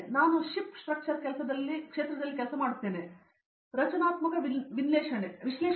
ಮತ್ತು ನಾನು ship structure ಕ್ಷೇತ್ರದಲ್ಲಿ ಕೆಲಸ ಮಾಡುತ್ತಿದ್ದೇನೆ ರಚನಾತ್ಮಕ ವಿಶ್ಲೇಷಣೆ